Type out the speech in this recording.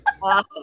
awesome